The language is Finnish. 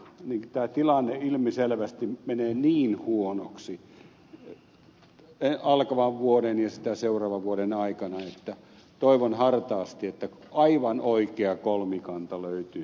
tämä tilanne ilmiselvästi menee niin huonoksi alkavan vuoden ja sitä seuraavan vuoden aikana että toivon hartaasti että aivan oikea kolmikanta löytyy taas yhteiskuntaan